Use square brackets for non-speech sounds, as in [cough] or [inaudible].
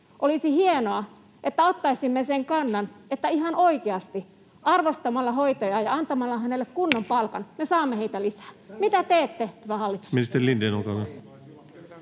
Olisi hienoa, että ottaisimme sen kannan, että — ihan oikeasti — arvostamalla hoitajaa ja antamalla hänelle kunnon palkan [noise] me saamme heitä lisää. Mitä teette, hyvä hallitus?